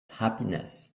happiness